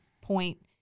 point